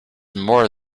more